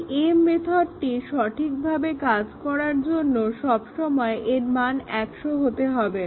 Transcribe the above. এই m মেথডটির সঠিকভাবে কাজ করার জন্য সব সময় এর মান 100 হতে হবে